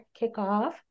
kickoff